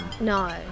No